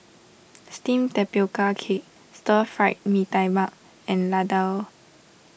Steamed Tapioca Cake Stir Fried Mee Tai Mak and Laddu